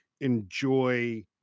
enjoy